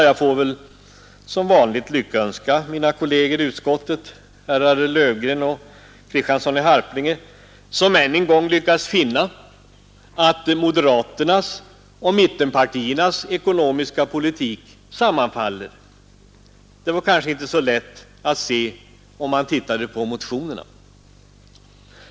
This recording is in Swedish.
Jag får väl som vanligt lyckönska mina kolleger i utskottet herrar Löfgren och Kristiansson i Harplinge som än en gång lyckats finna att moderaterna och mittenpartiernas ekonomiska politik sammanfaller. Det var kanske inte så lätt att se, om man tittade på motionerna.